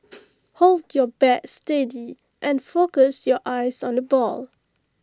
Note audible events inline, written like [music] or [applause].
[noise] hold your bat steady and focus your eyes on the ball